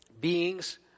beings